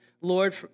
Lord